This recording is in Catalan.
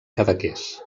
cadaqués